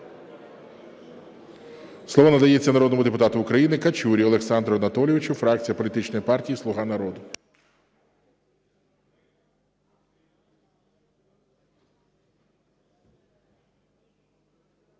Слово надається народному депутату України Качурі Олександру Анатолійовичу, фракція політичної партії "Слуга народу".